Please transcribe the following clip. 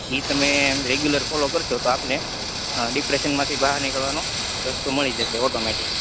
ઈ તમે regular follow કરશો તો આપને ડિપ્રેશનમાંથી બાર નિકળવાનો રસ્તો મળી જશે ઓટોમેટિક